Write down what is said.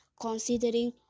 considering